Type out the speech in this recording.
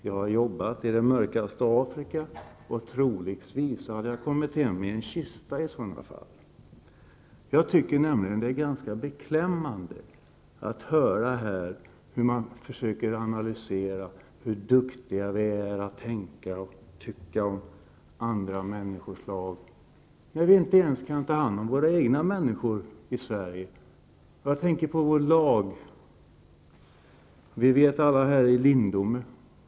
Jag har jobbat i det mörkaste Afrika, och troligtvis hade jag i så fall kommit hem i en kista. Jag tycker att det är ganska beklämmande att höra hur man försöker analysera, hur duktiga vi är att tänka och tycka om andra människoslag, när vi inte ens kan ta hand om våra egna människor i Sverige. Vi vet alla vad som hände i Lindome.